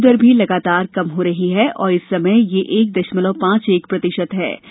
मृत्यु दर भी लगातार कम हो रही है और इस समय यह एक दशमलव पांच एक प्रतिशत है